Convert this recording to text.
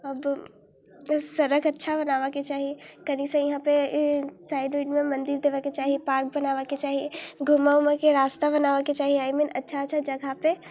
अब सड़क अच्छा बनाबैके चाही कनिसा इहाँपर साइड उडमे मन्दिर देबऽके चाही पार्क बनाबैके चाही घुमै उमैके रास्ता बनाबैके चाही आइ मीन अच्छा अच्छा जगहपर